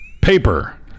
Paper